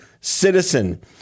citizen